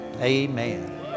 amen